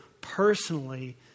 personally